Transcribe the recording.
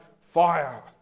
fire